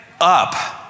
up